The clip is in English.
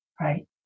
right